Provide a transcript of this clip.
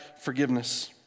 forgiveness